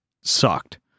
sucked